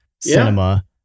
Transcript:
cinema